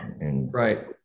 right